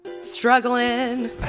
struggling